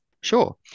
Sure